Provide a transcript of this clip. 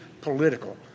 political